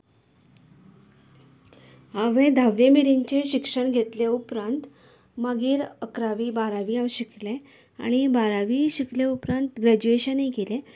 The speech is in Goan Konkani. हांवे धावी मेरेनचे शिक्षण घेतले उपरांत मागीर अकरावी बारावी हांव शिकलें आनी बारावी शिकलें उपरांत ग्रेज्युएशनूय केलें